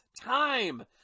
time